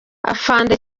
afande